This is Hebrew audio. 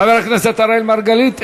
חבר הכנסת אראל מרגלית,